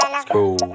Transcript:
school